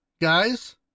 guys